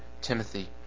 Timothy